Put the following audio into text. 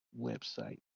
website